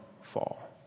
fall